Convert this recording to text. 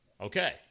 okay